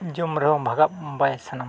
ᱡᱚᱢ ᱨᱮᱦᱚᱸ ᱵᱷᱟᱜᱟᱜ ᱵᱟᱭ ᱥᱟᱱᱟᱢᱟ